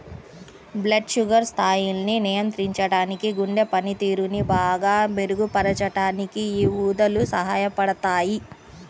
blood sugar స్థాయిల్ని నియంత్రించడానికి, గుండె పనితీరుని బాగా మెరుగుపరచడానికి యీ ఊదలు సహాయపడతయ్యి